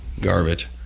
Garbage